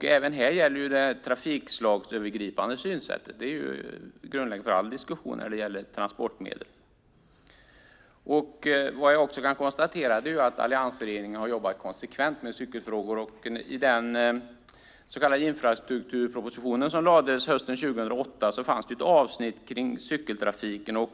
Det trafikslagsövergripande synsättet är grundläggande för all diskussion om transportmedel. Alliansregeringen har jobbat konsekvent med cykelfrågor. I infrastrukturpropositionen som lades fram hösten 2008 fanns det ett avsnitt om cykeltrafiken.